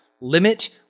limit